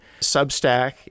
Substack